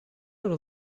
your